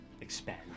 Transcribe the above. expand